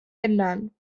ändern